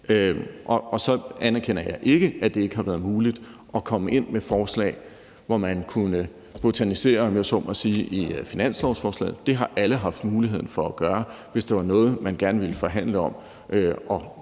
Jeg anerkender ikke, at det ikke har været muligt at komme ind med forslag, hvormed man kunne botanisere i finanslovsforslaget. Det har alle haft muligheden for at gøre. Hvis der var noget, man gerne ville forhandle om at tage